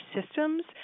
systems